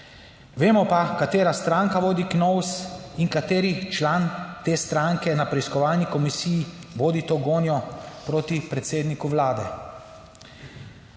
Vemo pa, katera stranka vodi KNOVS in kateri član te stranke na preiskovalni komisiji vodi to gonjo proti predsedniku vlade.